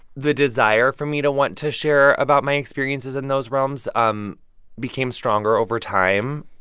the desire for me to want to share about my experiences in those realms um became stronger over time.